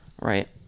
Right